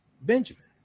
Benjamin